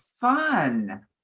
fun